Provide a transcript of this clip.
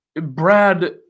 Brad